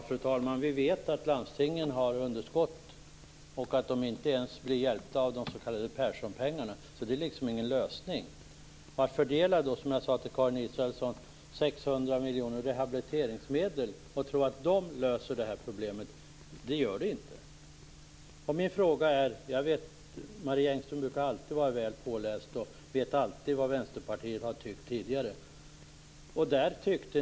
Fru talman! Vi vet att landstingen har underskott och att de inte ens blir hjälpta av de s.k. Perssonpengarna, så det är liksom ingen lösning. Som jag sade till Karin Israelsson löses inte problemet genom att man fördelar 600 miljoner kronor i rehabiliteringsmedel. Marie Engström brukar vara väl påläst och vet alltid vad Vänsterpartiet tidigare har tyckt.